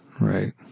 right